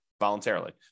voluntarily